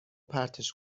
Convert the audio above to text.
پرتش